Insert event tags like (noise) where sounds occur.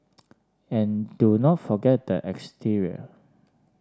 (noise) and do not forget the exterior